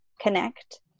connect